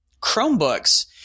Chromebooks